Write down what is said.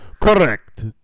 Correct